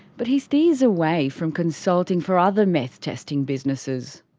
but he steers away from consulting for other meth testing businesses.